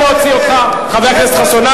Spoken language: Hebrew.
נא להוציא אותו, חבר הכנסת חסון.